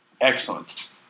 Excellent